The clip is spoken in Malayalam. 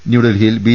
ന്യൂഡൽഹിയിൽ ബി